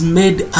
made